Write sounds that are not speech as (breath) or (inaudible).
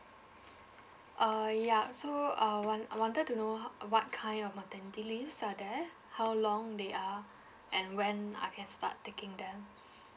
uh ya so uh want wanted to know uh what kind of maternity leaves are there how long they are and when I can start taking them (breath)